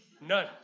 none